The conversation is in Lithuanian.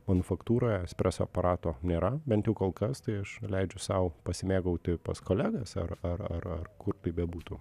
manufaktūroje espreso aparato nėra bent jau kol kas tai aš leidžiu sau pasimėgauti pas kolegas ar ar ar ar kur tai bebūtų